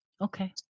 Okay